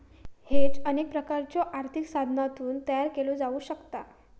hedge अनेक प्रकारच्यो आर्थिक साधनांतून तयार केला जाऊ शकता